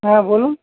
হ্যাঁ বলুন